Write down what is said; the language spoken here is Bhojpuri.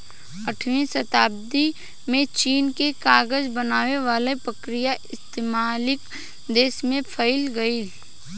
आठवीं सताब्दी में चीन के कागज बनावे वाला प्रक्रिया इस्लामिक देश में फईल गईल